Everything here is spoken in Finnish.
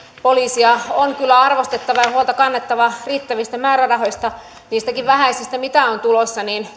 poliisia on kyllä arvostettava ja huolta kannettava riittävistä määrärahoista niistäkin vähäisistä mitä on tulossa